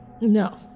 no